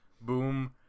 boom